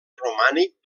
romànic